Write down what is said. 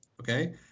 okay